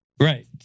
Right